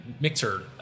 mixer